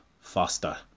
faster